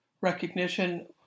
recognition